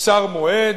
קצר מועד,